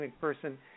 person